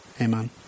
Amen